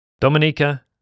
Dominica